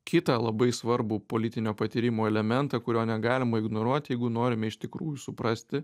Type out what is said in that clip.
kitą labai svarbų politinio patyrimo elementą kurio negalima ignoruot jeigu norime iš tikrųjų suprasti